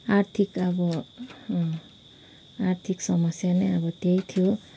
आर्थिक अब आर्थिक समस्या नै अब त्यही थियो